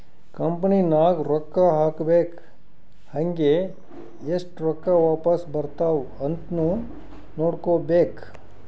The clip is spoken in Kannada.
ಕಂಪನಿ ನಾಗ್ ರೊಕ್ಕಾ ಹಾಕ್ಬೇಕ್ ಹಂಗೇ ಎಸ್ಟ್ ರೊಕ್ಕಾ ವಾಪಾಸ್ ಬರ್ತಾವ್ ಅಂತ್ನು ನೋಡ್ಕೋಬೇಕ್